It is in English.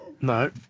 No